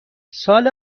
سال